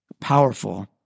powerful